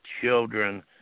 children